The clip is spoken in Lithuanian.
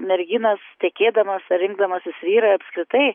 merginos tekėdamos ar rinkdamosis vyrą apskritai